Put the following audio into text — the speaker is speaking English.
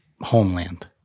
Homeland